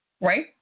right